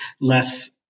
less